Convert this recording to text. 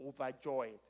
overjoyed